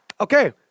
Okay